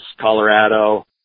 Colorado